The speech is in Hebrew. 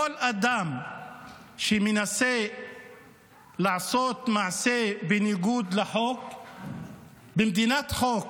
כל אדם שמנסה לעשות מעשה בניגוד לחוק במדינת חוק,